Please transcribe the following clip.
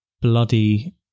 bloody